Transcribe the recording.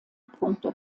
punkte